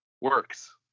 works